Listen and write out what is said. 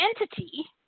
entity